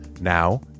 Now